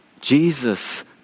Jesus